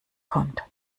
kommt